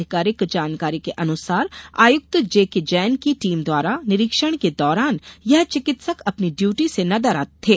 अधिकारिक जानकारी के अनुसार आयुक्त जे के जैन की टीम द्वारा निरीक्षण के दौरान ये चिकित्सक अपनी डयूटी से नदारत थे